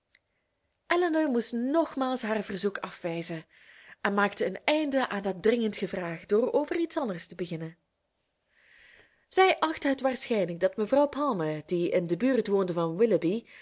elinor moest nogmaals haar verzoek afwijzen en maakte een einde aan dat dringend gevraag door over iets anders te beginnen zij achtte het waarschijnlijk dat mevrouw palmer die in de buurt woonde van